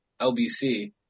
lbc